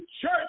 church